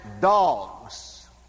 dogs